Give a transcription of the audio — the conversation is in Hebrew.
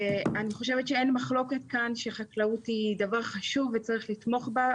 אני חושבת שאין מחלוקת שחקלאות היא דבר חשוב וצריך לתמוך בה,